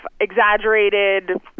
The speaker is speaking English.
exaggerated